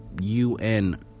UN